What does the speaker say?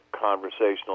conversational